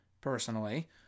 personally